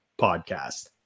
podcast